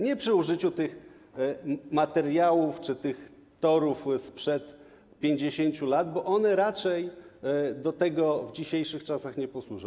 Nie przy użyciu tych materiałów czy torów sprzed 50 lat, bo one raczej do tego w dzisiejszych czasach nie posłużą.